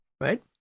Right